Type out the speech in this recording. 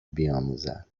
بیاموزند